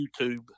YouTube